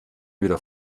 wieder